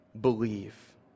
believe